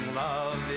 love